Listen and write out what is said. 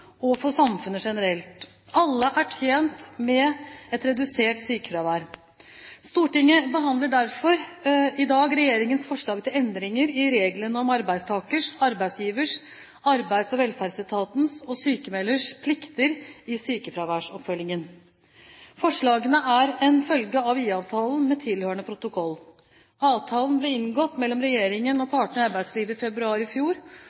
tjent med et redusert sykefravær. Stortinget behandler derfor i dag regjeringens forslag til endringer i reglene om arbeidstakers, arbeidsgivers, Arbeids- og velferdsetatens, og sykmelders plikter i sykefraværsoppfølgingen. Forslagene er en følge av IA-avtalen med tilhørende protokoll. Avtalen ble inngått mellom regjeringen og partene i arbeidslivet i februar i fjor